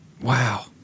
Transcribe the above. Wow